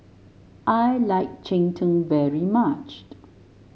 I like Cheng Tng very much